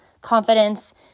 confidence